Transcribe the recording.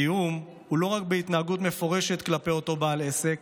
איום הוא לא רק בהתנהגות מפורשת כלפי אותו בעל עסק,